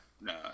No